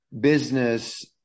business